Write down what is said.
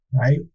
Right